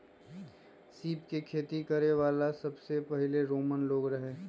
सीप के खेती करे वाला सबसे पहिले रोमन लोग रहे